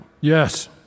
Yes